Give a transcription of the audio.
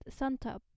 Suntop